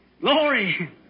Glory